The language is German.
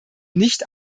nicht